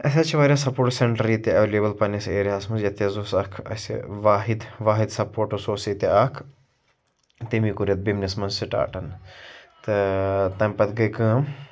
اسہِ حظ چھِ واریاہ سَپورٹٕس سیٚنٹَر ییٚتہِ ایٚویلیبٕل پَننِس ایریا ہَس منٛز ییٚتہِ حظ اوس اکھ اسہِ واحد واحد سَپورٹٕس اوس ییٚتہِ اَکھ تٔمی کوٚر یتھ بیٚمنِس منٛز سِٹارٹ تہٕ ٲں تَمہِ پَتہٕ گٔے کٲم